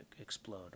explode